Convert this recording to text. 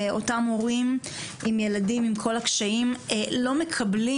אותם מורים עם ילדים עם כל הקשיים לא מקבלים